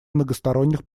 многосторонних